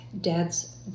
dads